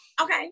okay